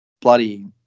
bloody –